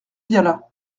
viala